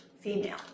female